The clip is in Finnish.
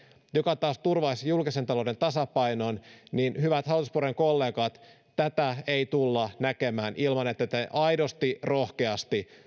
joka taas turvaisi julkisen talouden tasapainon niin hyvät hallituspuolueiden kollegat tätä ei tulla näkemään ilman että te aidosti ja rohkeasti